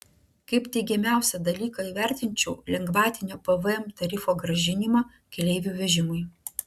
kaip teigiamiausią dalyką įvertinčiau lengvatinio pvm tarifo grąžinimą keleivių vežimui